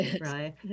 right